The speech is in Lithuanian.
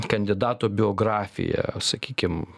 kandidato biografiją sakykim